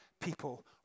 people